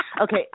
Okay